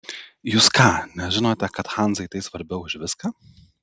jūs ką nežinote kad hanzai tai svarbiau už viską